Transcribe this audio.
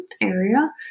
area